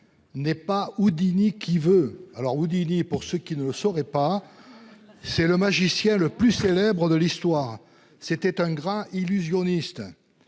N'est pas Houdini qui veut. Alors vous disiez pour ceux qui ne le sauraient pas. C'est le magicien le plus célèbres de l'histoire. C'était un grand illusionniste.